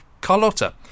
Carlotta